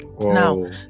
Now